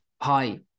hi